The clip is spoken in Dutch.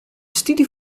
studie